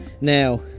Now